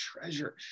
treasure